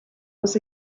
was